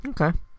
Okay